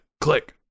click